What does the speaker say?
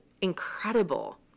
incredible